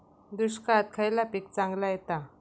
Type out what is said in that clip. दुष्काळात खयला पीक चांगला येता?